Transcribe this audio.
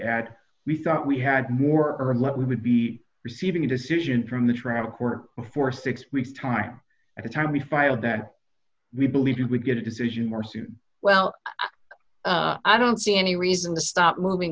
add we thought we had more or less we would be receiving a decision from the traffic court for six weeks time at the time we filed that we believe you would get a decision morsi well i don't see any reason to stop moving